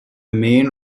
main